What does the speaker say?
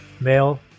Male